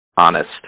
honest